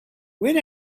when